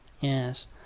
Yes